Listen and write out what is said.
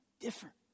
different